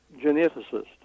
geneticist